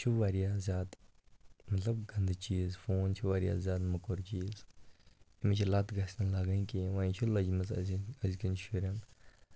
چھُ واریاہ زیادٕ مطلب گنٛدٕ چیٖز فون چھُ واریاہ زیادٕ موٚکُر چیٖز اَمِچ لت گژھِنہٕ لَگٕنۍ کینٛہہ وۄنۍ چھِ لٔجمٕژ أزٮ۪ن أزۍکٮ۪ن شُرٮ۪ن